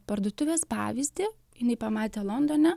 parduotuvės pavyzdį jinai pamatė londone